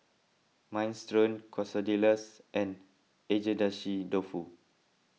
Minestrone Quesadillas and Agedashi Dofu